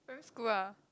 primary school ah